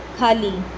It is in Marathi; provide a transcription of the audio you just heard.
खाली